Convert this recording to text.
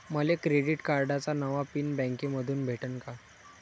मले क्रेडिट कार्डाचा नवा पिन बँकेमंधून भेटन का?